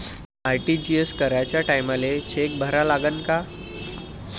RTGS कराच्या टायमाले cheque भरा लागन का?